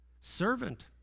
Servant